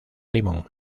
limón